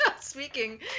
Speaking